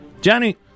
Johnny